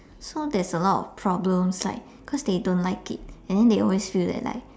so there's a lot of problems like cause they don't like it and then they always feel that like